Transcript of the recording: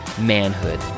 manhood